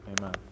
Amen